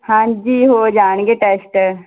ਹਾਂਜੀ ਹੋ ਜਾਣਗੇ ਟੈਸਟ